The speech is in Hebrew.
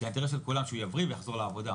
כי האינטרס של כולם שהוא יבריא, ויחזור לעבודה.